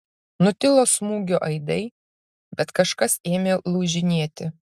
nutilo smūgio aidai bet kažkas ėmė lūžinėti